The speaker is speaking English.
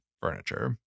furniture